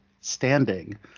Standing